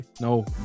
no